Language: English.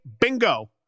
bingo –